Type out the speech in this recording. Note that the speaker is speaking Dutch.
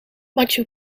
machu